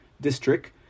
district